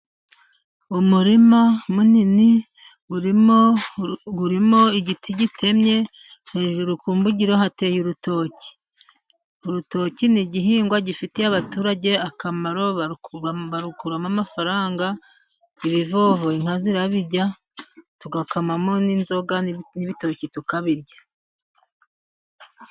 Umurima munini urimo igiti gitemye, hejuru ku mbugiro hateye urutoki. Urutoki ni igihingwa gifitiye abaturage akamaro, barukuramo amafaranga ibivovo inka zirabirya tugakamamo n'inzoga, n'ibitoki tukabirya.